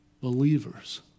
believers